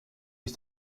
ist